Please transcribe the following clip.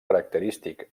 característic